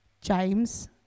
James